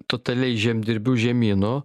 totaliai žemdirbių žemynu